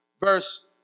Verse